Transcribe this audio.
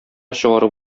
чыгарып